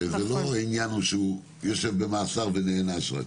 הרי זה לא עניין שהוא יושב במאסר ונענש רק.